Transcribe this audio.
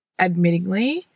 Admittingly